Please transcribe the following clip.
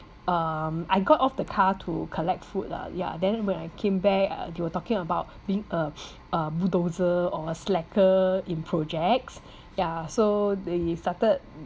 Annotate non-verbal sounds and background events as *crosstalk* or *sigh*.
um I got off the car to collect food lah ya then when I came back uh they were talking about being uh *breath* uh bulldozer or slacker in projects ya so they started